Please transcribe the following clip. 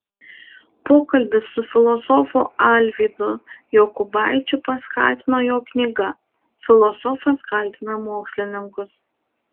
pokalbį su filosofu alvydu jokubaičiu paskatino jo knyga filosofas kaltina mokslininkus